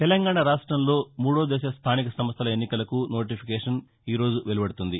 తెలంగాణ రాష్ట్రంలో మూడో దశ స్థానిక సంస్థల ఎన్నికలకు నోటిఫికేషన్ ఈరోజు వెలువడుతుంది